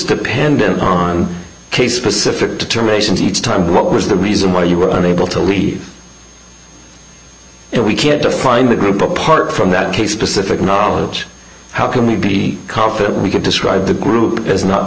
dependent on case specific determinations each time what was the reason why you were unable to leave so we can't define the group apart from that case specific knowledge how can we be confident we could describe the group as not